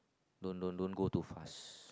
don't don't don't go too fast